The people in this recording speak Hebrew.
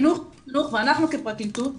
ואנחנו כפרקליטות,